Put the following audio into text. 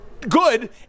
good